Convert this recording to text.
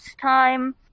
time